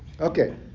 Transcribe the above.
Okay